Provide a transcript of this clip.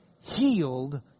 healed